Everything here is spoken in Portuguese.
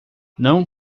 não